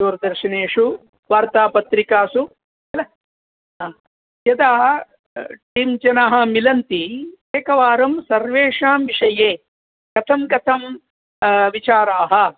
दूरदर्शनेषु वार्तापत्रिकासु किल आं यदा टीं जनाः मिलन्ति एकवारं सर्वेषां विषये कथं कथं विचाराः